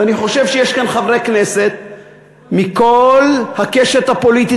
ואני חושב שיש כאן חברי כנסת מכל הקשת הפוליטית,